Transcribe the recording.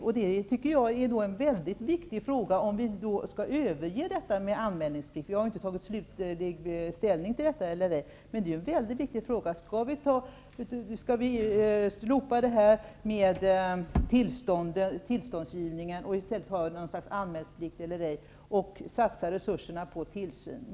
Jag tycker att det är en viktig fråga om vi skall överge anmälningsplikten. Jag har inte tagit slutlig ställning i den frågan. Skall vi slopa tillståndsgivningen och i stället ha något slags anmälningsplikt och satsa resurserna på tillsyn?